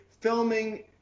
filming –